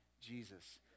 Jesus